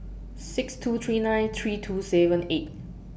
six two three nine three two seven eight